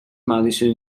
madison